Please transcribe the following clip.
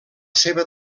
seva